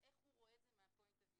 הדרכנו מעל 1,000 נשים במסגרת הזו.